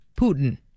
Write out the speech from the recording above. Putin